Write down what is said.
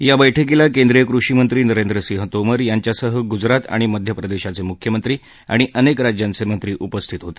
या बैठकीला केंद्रीय कृषी मंत्री नरेंद्रसिंह तोमर यांच्यासह गुजरात आणि मध्य प्रदेशचाच्या मुख्यमंत्र्यांसह अनेक राज्यांचे मंत्री उपस्थित होते